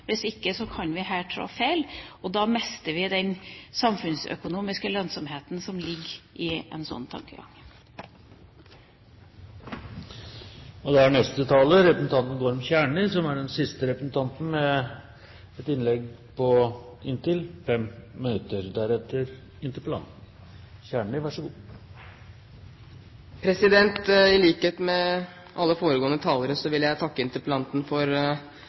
Hvis ikke kan vi her trå feil, og da mister vi den samfunnsøkonomiske lønnsomheten som ligger i en slik tankegang. I likhet med alle foregående talere vil jeg takke interpellanten for